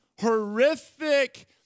horrific